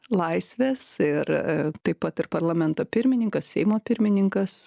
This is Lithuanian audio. laisvės ir taip pat ir parlamento pirmininkas seimo pirmininkas